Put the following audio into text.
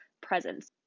presence